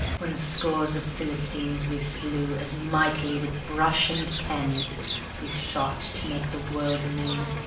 when scores of philistines we slew as mightily with brush and pen we sought to make the world anew,